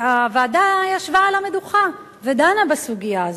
הוועדה ישבה על המדוכה ודנה בסוגיה הזאת,